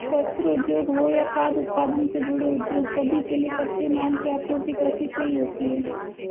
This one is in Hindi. वस्त्र उद्योग हो या खाद्य उत्पादन से जुड़े उद्योग सभी के लिए कच्चे माल की आपूर्ति कृषि से ही होती है